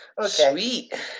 Sweet